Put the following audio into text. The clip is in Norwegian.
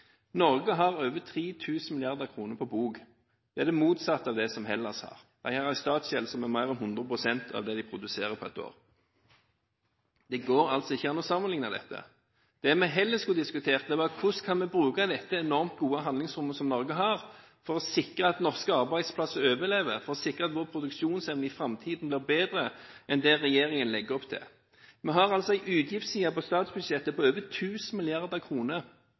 Norge har over 3 000 mrd. kr på bok. Det er det motsatte av det Hellas har. De har en statsgjeld som er mer enn 100 pst. av det de produserer på et år. Det går altså ikke an å sammenligne dette. Det vi heller skulle diskutert, var hvordan vi skulle brukt det enormt gode handlingsrommet som Norge har, for å sikre at norske arbeidsplasser overlever og for å sikre at vår produksjonsevne i framtiden blir bedre enn det regjeringen legger opp til. Vi har altså en utgiftsside på statsbudsjettet på over